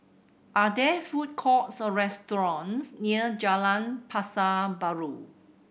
are there food courts or restaurants near Jalan Pasar Baru